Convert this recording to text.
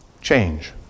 change